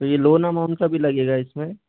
तो ये loan amount का भी लगेगा इसमें